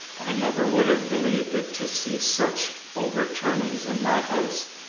i never would have believed it to see such overturnings in my house!